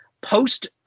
Post